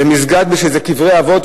זה מסגד כי זה קברי אבות,